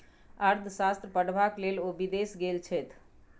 अर्थशास्त्र पढ़बाक लेल ओ विदेश गेल छथि